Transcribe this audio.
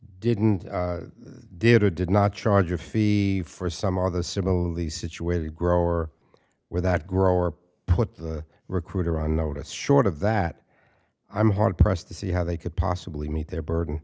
didn't did or did not charge a fee for some other similarly situated grower where that grower put the recruiter on notice short of that i'm hard pressed to see how they could possibly meet their burden